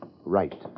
Right